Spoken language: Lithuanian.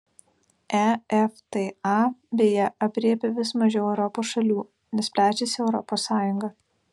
efta beje aprėpia vis mažiau europos šalių nes plečiasi europos sąjunga